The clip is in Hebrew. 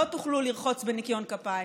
לא יוכל לרחוץ בניקיון כפיים.